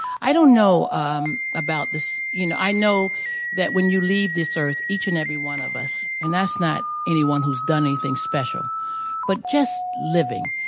i don't know um about this, you know. i know that when you leave this earth, each and every one of us and that's not anyone who's done anything special but just living.